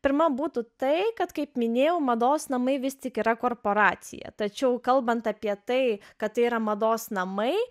pirma būtų tai kad kaip minėjau mados namai vis tik yra korporacija tačiau kalbant apie tai kad tai yra mados namai